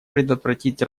предотвратить